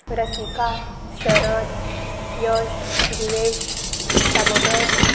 Rasika Sharad Yash Divesh Damodar